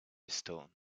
stone